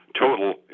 total